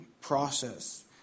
process